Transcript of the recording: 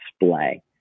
display